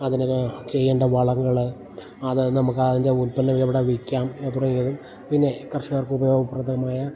അതിന് ചെയ്യേണ്ട വളങ്ങള് അത് നമുക്ക് അതിൻ്റെ ഉൽപന്നങ്ങൾ എവിടെ വിൽക്കാം തുടങ്ങിയതും പിന്നെ കർഷകർക്ക് ഉപയോഗപ്രദമായ